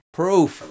proof